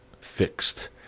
fixed